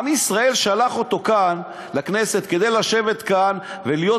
עם ישראל שלח אותו לכנסת כדי לשבת כאן ולהיות